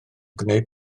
gwneud